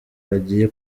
hagiye